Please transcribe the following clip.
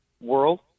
world